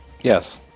Yes